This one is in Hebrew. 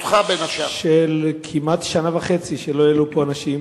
של כמעט שנה וחצי שלא העלו פה אנשים.